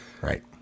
Right